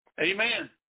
Amen